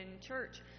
church